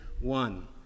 one